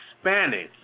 Spanish